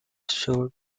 showed